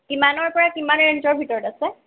কিমানৰ পৰা কিমান ৰেঞ্জৰ ভিতৰত আছে